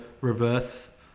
reverse